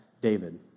David